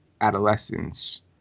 adolescence